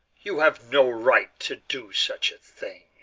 you have no right to do such a thing!